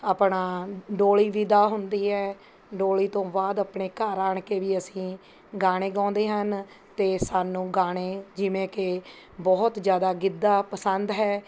ਆਪਣਾ ਡੋਲ਼ੀ ਵਿਦਾ ਹੁੰਦੀ ਹੈ ਡੋਲ਼ੀ ਤੋਂ ਬਾਅਦ ਆਪਣੇ ਘਰ ਆ ਕੇ ਵੀ ਅਸੀਂ ਗਾਣੇ ਗਾਉਂਦੇ ਹਾਂ ਅਤੇ ਸਾਨੂੰ ਗਾਣੇ ਜਿਵੇਂ ਕਿ ਬਹੁਤ ਜ਼ਿਆਦਾ ਗਿੱਧਾ ਪਸੰਦ ਹੈ